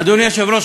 אדוני היושב-ראש,